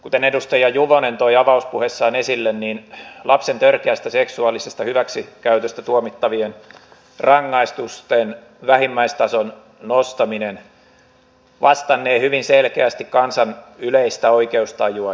kuten edustaja juvonen toi avauspuheessaan esille niin lapsen törkeästä seksuaalisesta hyväksikäytöstä tuomittavien rangaistusten vähimmäistason nostaminen vastannee hyvin selkeästi kansan yleistä oikeustajua ja tahtotilaa